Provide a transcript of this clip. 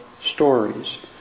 stories